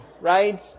right